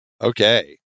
Okay